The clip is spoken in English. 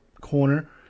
corner